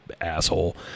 asshole